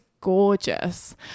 gorgeous